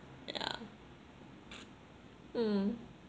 yeah mm